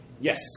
Yes